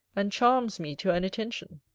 and charms me to an attention.